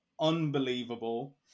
unbelievable